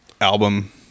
album